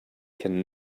can